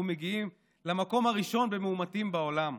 מגיעים למקום הראשון במאומתים בעולם?